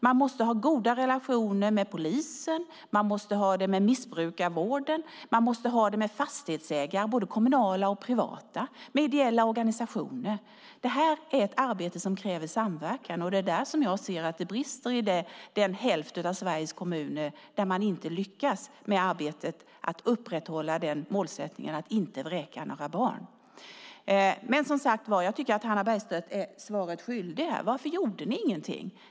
Man måste ha goda relationer med polisen, med missbrukarvården, med fastighetsägare, både kommunala och privata, och med ideella organisationer. Det här är ett arbete som kräver samverkan, och det är där som jag ser att det brister i hälften av Sveriges kommuner där man inte lyckas i arbetet med att upprätthålla målsättningen att inte vräka några barn. Jag tycker, som sagt, att Hannah Bergstedt är svaret skyldig: Varför gjorde ni ingenting?